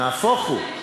נהפוך הוא,